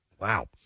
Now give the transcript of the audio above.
wow